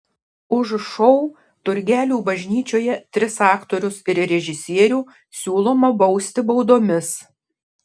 už šou turgelių bažnyčioje tris aktorius ir režisierių siūloma bausti baudomis